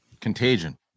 Contagion